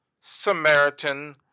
Samaritan